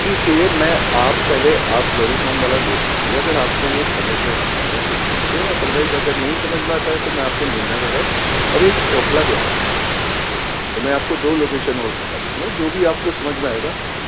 ٹھیک ہے میں آپ پہلے آپ جوہری فام والا دیکھ لیجیے اگر آپ کو وہ سمجھ میں آتا ہے تو ٹھیک ہے ادر وائز اگر نہیں سمجھ میں آتا ہے تو میں آپ کو نور نگر ہے اور ایک اوکھلا وہار میں بھی ہے ہمارا تو میں آپ کو دو لوکیشن اور دکھا دوں گا جو بھی آپ کو سمجھ میں آئے گا